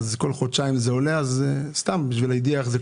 אז כל חודשיים זה עולה בחצי מיליארד?